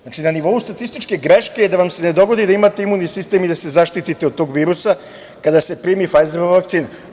Znači, na nivou statističke greške je da vam se ne dogodi da imate imuni sistem i da se zaštite od tog virusa, a kada se primi Fajzerova vakcina.